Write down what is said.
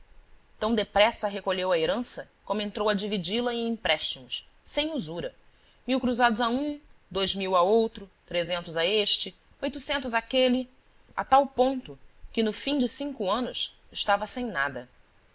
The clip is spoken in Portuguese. tão depressa recolheu a herança como entrou a dividi la em empréstimos sem usura mil cruzados a um dois mil a outro trezentos a este oitocentos àquele a tal ponto que no fim de cinco anos estava sem nada